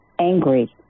angry